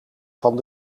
van